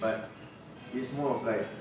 but it's more of like